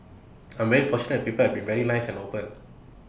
I'm very fortunate that people have been very nice and open